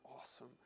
awesome